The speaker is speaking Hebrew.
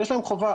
יש להם חובה.